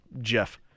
Jeff